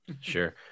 Sure